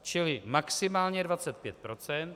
Čili maximálně 25 %.